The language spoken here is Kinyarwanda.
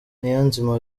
niyonzima